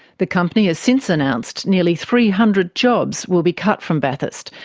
the company has since announced nearly three hundred jobs will be cut from bathurst,